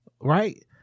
right